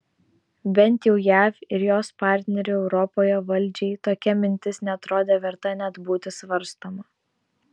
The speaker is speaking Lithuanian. bent jau jav ir jos partnerių europoje valdžiai tokia mintis neatrodė verta net būti svarstoma